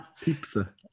Pizza